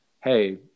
hey